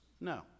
no